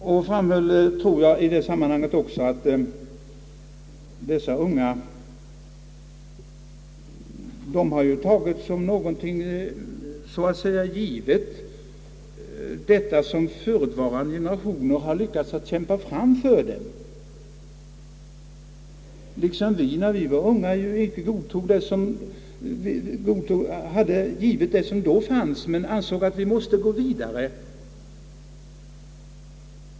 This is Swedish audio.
Jag tror att jag i det sammanhanget också framhöll att dessa unga tagit som någonting givet detta som förutvarande generationer har lyckats kämpa fram för dem, på samma sätt som vi, när vi var unga, tog för givet det som då fanns men ansåg att vi måste gå vidare.